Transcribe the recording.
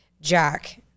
Jack